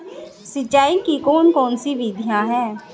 सिंचाई की कौन कौन सी विधियां हैं?